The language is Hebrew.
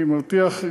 אני מבטיח,